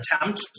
attempt